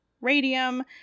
radium